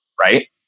right